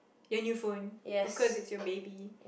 your new phone of course it's your baby